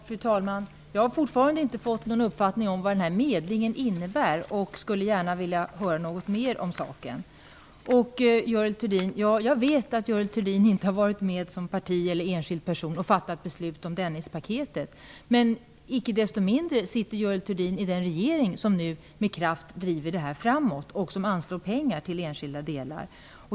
Fru talman! Jag har fortfarande inte fått någon uppfattning om vad denna medling innebär. Jag skulle gärna vilja höra något mer om saken. Jag vet att Görel Thurdin som enskild person och hennes parti inte har varit med att fatta beslut om Dennispaketet. Men icke desto mindre sitter Görel Thurdin i den regering som nu med kraft driver Dennispaketet framåt och anslår pengar till enskilda delar.